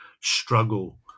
struggle